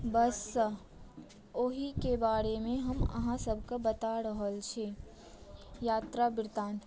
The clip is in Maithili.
बससँ ओहिके बारेमे हम अहाँ सभके बता रहल छी यात्रा वृतान्त